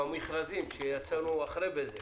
ובמכרזים שיצאנו אחרי בזק